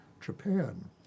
Japan